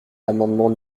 l’amendement